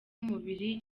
umubiri